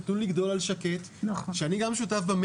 'תנו לגדול על שקט' שאני גם שותף בה,